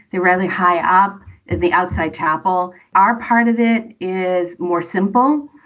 they're really high up in the outside chapel. our part of it is more simple.